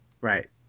Right